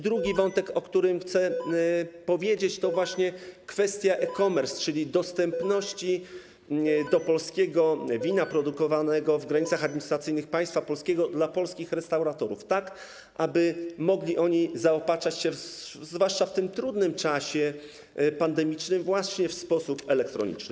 Drugi wątek, o którym chcę powiedzieć, to właśnie kwestia e-commerce, czyli dostępności polskiego wina produkowanego w granicach administracyjnych państwa polskiego dla polskich restauratorów, tak aby mogli oni zaopatrywać się, zwłaszcza w tym trudnym czasie pandemicznym, właśnie w sposób elektroniczny.